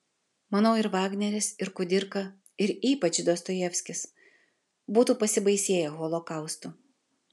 manau ir vagneris ir kudirka ir ypač dostojevskis būtų pasibaisėję holokaustu